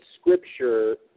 Scripture